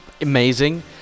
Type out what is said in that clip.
amazing